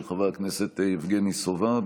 של חבר הכנסת יבגני סובה,